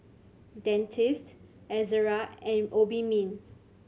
Dentiste Ezerra and Obimin